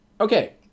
Okay